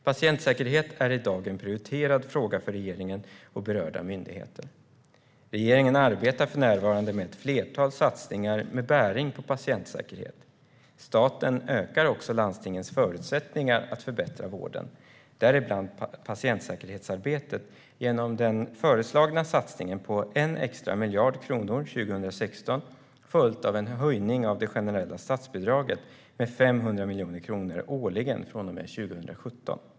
Patientsäkerhet är i dag en prioriterad fråga för regeringen och berörda myndigheter. Regeringen arbetar för närvarande med ett flertal satsningar med bäring på patientsäkerhet. Staten ökar också landstingens förutsättningar att förbättra vården, däribland patientsäkerhetsarbetet, genom den föreslagna satsningen på 1 miljard kronor extra 2016, följt av en höjning av det generella statsbidraget med 500 miljoner kronor årligen från och med 2017.